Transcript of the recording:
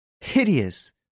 Hideous